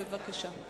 בבקשה.